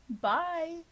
bye